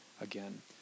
again